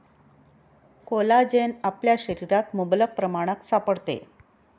collagen आपल्या शरीरात मुबलक प्रमाणात सापडते